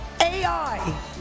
AI